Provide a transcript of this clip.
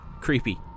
creepy